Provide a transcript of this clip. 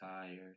tired